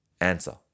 answer